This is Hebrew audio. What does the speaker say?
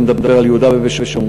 אני מדבר על יהודה ושומרון.